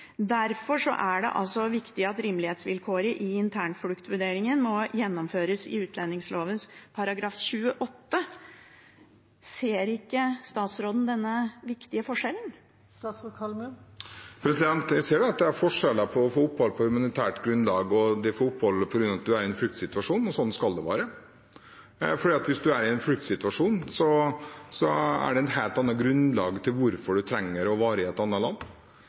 Derfor er det viktig at rimelighetsvilkåret i internfluktvurderingen må gjeninnføres i utlendingsloven § 28. Ser ikke statsråden denne viktige forskjellen? Jeg ser at det er forskjeller på å det få opphold på humanitært grunnlag og det å få opphold på grunn av at man er i en fluktsituasjon, og sånn skal det være. Hvis man er i en fluktsituasjon, er det et helt annet grunnlag for hvorfor man trenger å være i et annet land